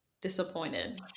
disappointed